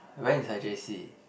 when is her j_c